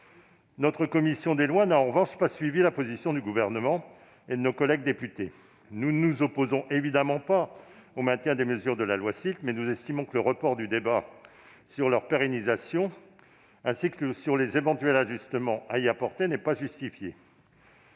la commission des lois n'a en revanche pas suivi la position du Gouvernement et de nos collègues députés. Nous ne nous opposons évidemment pas au maintien des mesures de la loi SILT, mais nous estimons que le report du débat sur leur pérennisation, ainsi que sur les éventuels ajustements à y apporter, n'est pas justifié,